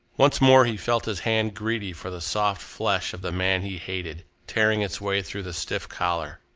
once more he felt his hand greedy for the soft flesh of the man he hated, tearing its way through the stiff collar,